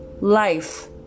life